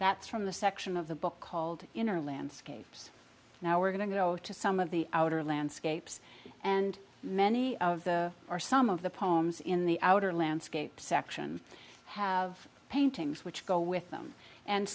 that's from the section of the book called inner landscapes now we're going to go to some of the outer landscapes and many of the or some of the poems in the outer landscape section have paintings which go with them and